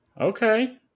Okay